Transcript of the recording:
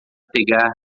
pegar